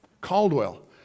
Caldwell